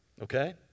okay